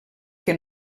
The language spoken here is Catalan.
que